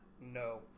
No